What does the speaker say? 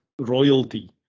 royalty